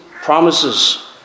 promises